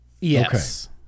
Yes